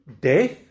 death